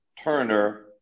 Turner